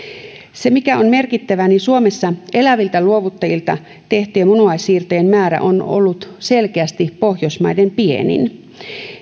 se mikä on merkittävää on että suomessa eläviltä luovuttajilta tehtyjen munuaissiirtojen määrä on ollut selkeästi pohjoismaiden pienin